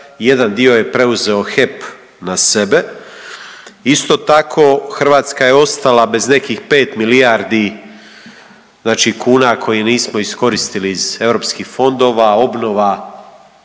jedan dio je preuzeo HEP na sebe. Isto tako Hrvatska je ostala bez nekih pet milijardi znači kuna koje nismo iskoristili iz EU fondova obnova